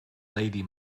lady